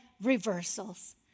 reversals